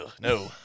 no